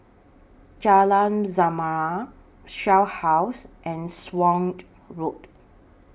Jalan Zamrud Shell House and Swanage Road